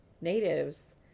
natives